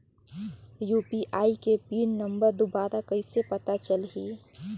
UPI के pin number दुबारा कइसे पता चलही?